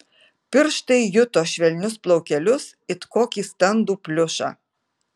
pirštai juto švelnius plaukelius it kokį standų pliušą